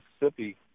Mississippi